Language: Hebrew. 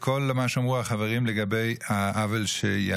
לצערנו הרב, זה כואב שזה